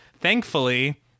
Thankfully